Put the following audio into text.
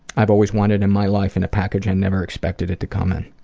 i've always wanted in my life in a package i never expected it to come in,